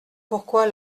pourquoi